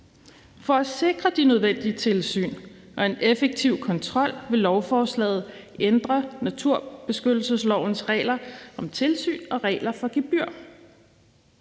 For at sikre de nødvendige tilsyn og en effektiv kontrol vil lovforslaget ændre naturbeskyttelseslovens regler om tilsyn og regler for gebyr.